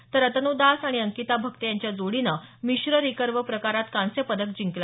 तर अतनु दास आणि अंकिता भक्त यांच्या जोडीनं मिश्र रिकर्व प्रकारात कांस्य पदक जिंकलं